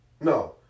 No